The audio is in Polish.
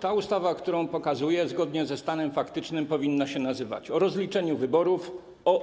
Ta ustawa, którą pokazuję, zgodnie ze stanem faktycznym powinna się nazywać: o rozliczeniu wyborów,